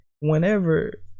whenever